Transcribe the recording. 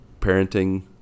parenting